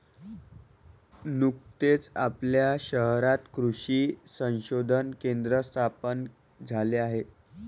नुकतेच आपल्या शहरात कृषी संशोधन केंद्र स्थापन झाले आहे